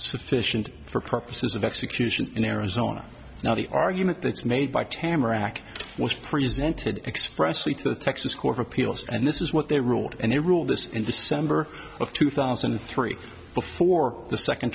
sufficient for purposes of execution in arizona now the argument that's made by tamarac was presented expressly to the texas court of appeals and this is what they ruled and they ruled this in december of two thousand and three before the second